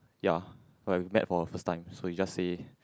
ya okay we met for a first time so you just say